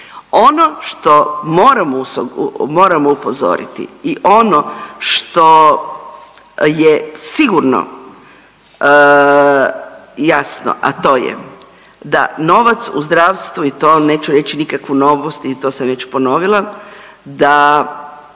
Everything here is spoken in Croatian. moramo, moramo upozoriti i ono što je sigurno jasno, a to je da novac u zdravstvu i to neću reći nikakvu novost i to sam već ponovila da